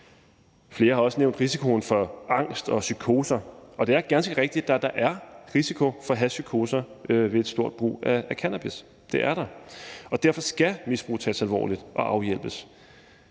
Flere har også nævnt risikoen for angst og psykoser, og det er ganske rigtigt, at der er risiko for hashpsykoser ved et stort forbrug af cannabis. Det er der, og derfor skal misbrug tages alvorligt og afhjælpes.